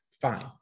Fine